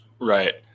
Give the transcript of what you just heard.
Right